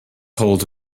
hold